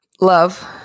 Love